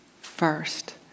first